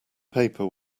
paper